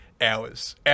hours